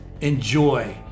enjoy